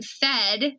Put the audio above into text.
fed